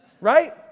right